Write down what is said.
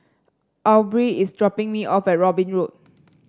Aubree is dropping me off at Robin Road